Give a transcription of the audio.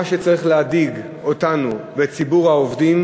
מה שצריך להדאיג אותנו ואת ציבור העובדים